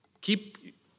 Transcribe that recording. keep